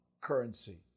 currency